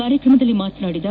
ಕಾರ್ಯಕ್ರಮದಲ್ಲಿ ಮಾತನಾಡಿದ ಬಿ